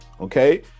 okay